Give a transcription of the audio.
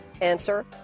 Answer